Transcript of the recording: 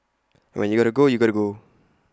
when you gotta go you gotta go